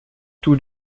tout